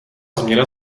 změna